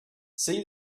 see